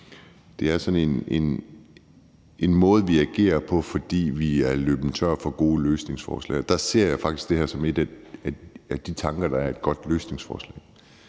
det er en måde, vi agerer på, fordi vi er løbet tør for gode løsningsforslag. Der ser jeg faktisk det her som noget, der er et godt løsningsforslag,